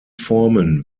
formen